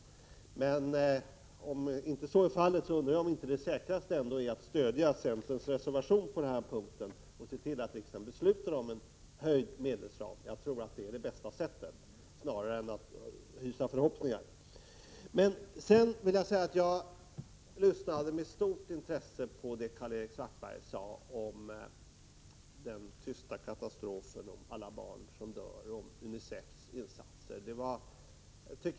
Men om så inte är fallet, undrar jag om inte det säkraste är att stödja centerns reservation på denna punkt och se till att riksdagen beslutar om en höjning av medelsramen. Jag lyssnade med stort intresse på vad Karl-Erik Svartberg sade om den tysta katastrofen, om alla barn som dör, och om UNICEF:s insatser.